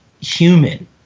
human